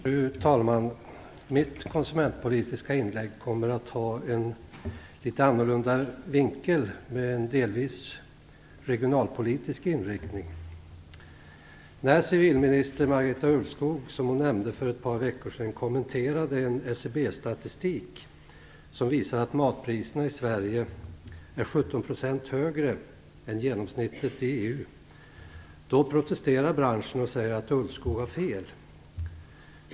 Fru talman! Mitt konsumentpolitiska inlägg kommer att ha en litet annorlunda vinkel - en delvis regionalpolitisk inriktning. När civilminister Marita Ulvskog för ett par veckor sedan kommenterade en SCB-statistik som visar att matpriserna i Sverige är 17 % högre än genomsnittet i EU protesterade branschen och sade att Ulvskog hade fel.